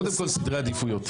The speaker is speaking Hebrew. קודם כל סדרי עדיפויות.